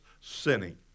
sinning